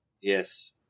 Yes